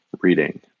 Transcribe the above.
reading